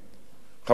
חברת הכנסת